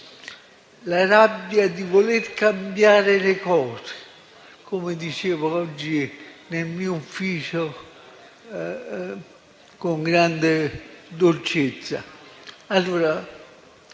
la rabbia di voler cambiare le cose, come dicevo oggi nel mio ufficio, con grande dolcezza.